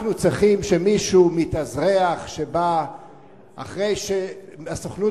אנחנו צריכים שמישהו מתאזרח שבא אחרי שהסוכנות